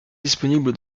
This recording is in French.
disponible